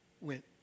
went